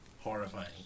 Horrifying